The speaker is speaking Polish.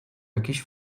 jakieś